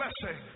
blessing